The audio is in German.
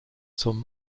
zum